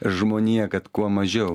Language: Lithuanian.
žmonija kad kuo mažiau